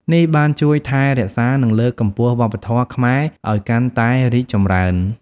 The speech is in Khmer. នេះបានជួយថែរក្សានិងលើកកម្ពស់វប្បធម៌ខ្មែរឱ្យកាន់តែរីកចម្រើន។